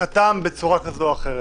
פתיחתם בצורה כזאת או אחרת.